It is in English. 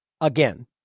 again